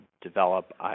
develop